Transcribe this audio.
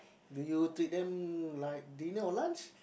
do you treat them like dinner or lunch